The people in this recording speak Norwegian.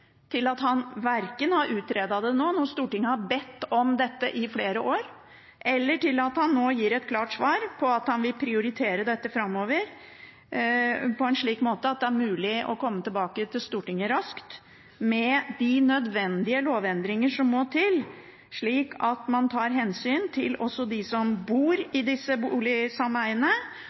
til at han har villet utrede det, selv om Stortinget har bedt om dette i flere år, eller til at han nå kan gi et klart svar på om at han vil prioritere dette framover på en slik måte at det er mulig å komme tilbake til Stortinget raskt med de nødvendige lovendringer som må til, slik at man tar hensyn til både dem som bor i disse boligsameiene,